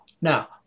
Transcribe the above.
Now